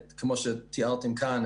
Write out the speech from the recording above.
כמו שתיארתם כאן,